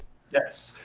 yes.